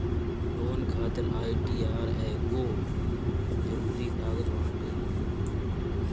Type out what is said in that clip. loan खातिर ITR एगो जरुरी कागज बाटे